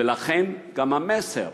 ולכן גם המסר